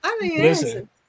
Listen